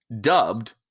dubbed